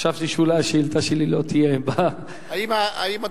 חשבתי שאולי השאילתא שלי לא תהיה, האם אדוני,